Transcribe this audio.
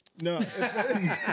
No